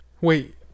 wait